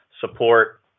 support